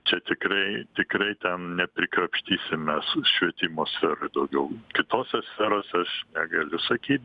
čia tikrai tikrai ten neprikrapštysim mes švietimo sferoj daugiau kitose sferose aš negaliu sakyt